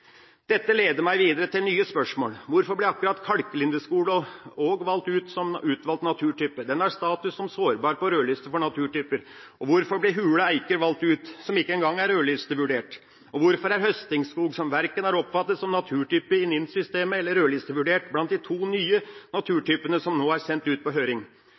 Dette leder meg videre til nye spørsmål: Hvorfor ble akkurat kalklindeskog valgt ut som utvalgt naturtype? Den har status som sårbar på rødliste for naturtyper. Og hvorfor ble hule eiker, som ikke engang er rødlistevurdert, valgt ut? Hvorfor er høstingsskog, som verken er oppfattet som naturtype i NiN-systemet eller rødlistevurdert, blant de to nye naturtypene som nå er sendt ut på høring?